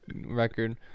record